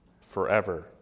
forever